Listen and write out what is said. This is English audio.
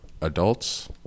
adults